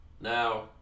Now